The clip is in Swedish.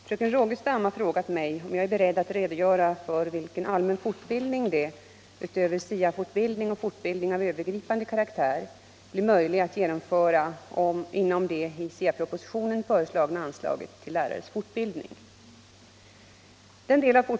Herr talman! Fröken Rogestam har frågat mig om jag är beredd att redogöra för vilken allmän fortbildning det, utöver SIA-fortbildning och fortbildning av övergripande karaktär, blir möjligt att genomföra inom det i SIA-propositionen föreslagna anslaget till lärares fortbildning.